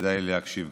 וכדאי גם להקשיב.